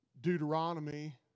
Deuteronomy